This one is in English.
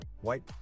White